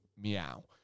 meow